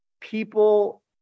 people